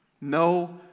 No